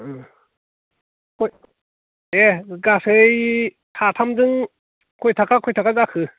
दे गासै साथामजों खय थाखा खय थाखा जाखो